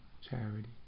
charity